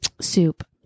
Soup